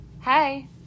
Hey